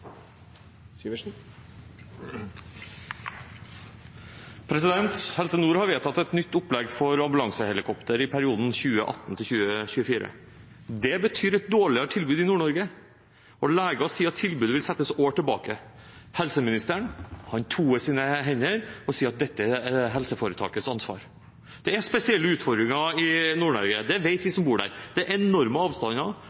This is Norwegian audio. ville. Helse Nord har vedtatt et nytt opplegg for ambulansehelikopter i perioden 2018–2024. Det betyr et dårligere tilbud i Nord-Norge. Leger sier tilbudet vil settes år tilbake. Helseministeren toer sine hender og sier at dette er helseforetakets ansvar. Det er spesielle utfordringer i Nord-Norge, det vet vi